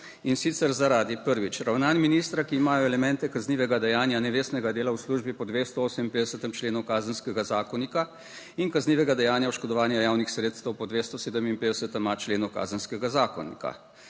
in sicer zaradi, prvič, ravnanj ministra, ki imajo elemente kaznivega dejanja nevestnega dela v službi po 258. členu Kazenskega zakonika in kaznivega dejanja oškodovanja javnih sredstev po 257. členu Kazenskega zakonika.